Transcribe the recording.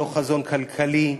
לא חזון כלכלי.